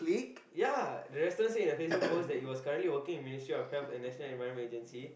ya the restaurant